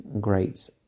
great